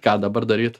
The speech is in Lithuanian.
ką dabar daryt